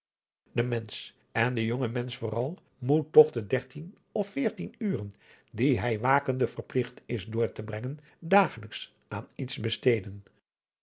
de mensch en de jonge mensch vooral moet toch de dertien of veertien uren die hij wakende verpligt is door te brengen dagelijks aan iets besteden